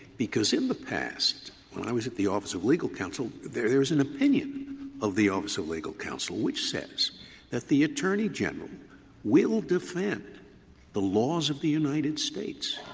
because in the past, when i was at the office of legal counsel, there there was an opinion of the office of legal counsel which says that the attorney general will defend the laws of the united states,